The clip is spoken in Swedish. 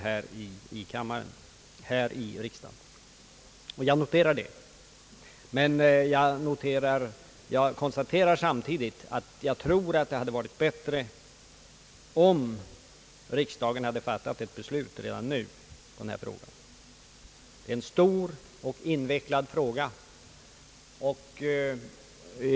Jag noterar detta, men jag konstaterar samtidigt att det hade varit bättre om riksdagen redan nu hade fattat ett beslut i denna fråga, som är stor och invecklad.